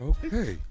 Okay